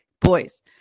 boys